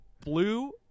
blue